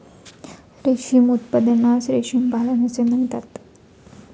रेशीम उत्पादनास रेशीम पालन असे म्हणतात